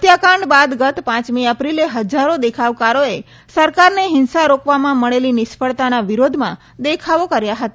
હત્યાકાંડ બાદ ગત પાંચમી એપ્રિલે હજારો દેખાવકારોએ સરકારને હિંસા રોકવામાં મળેલી નિષ્ફળતાના વિરોધમાં દેખાવો કર્યા હતા